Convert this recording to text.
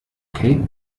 okay